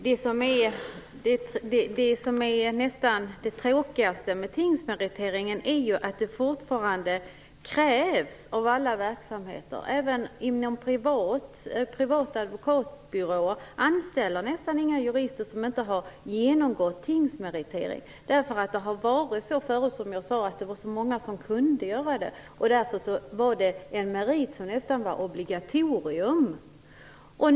Herr talman! Det tråkigaste med tingsmeriteringen är att den fortfarande krävs av alla verksamheter. Även privata advokatbyråer anställer nästan inga jurister som inte har genomgått tingsmeritering. Förr var det så många som kunde tingsmeritera sig. Därför var detta en merit som blev ett obligatorium.